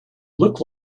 look